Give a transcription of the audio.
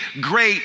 great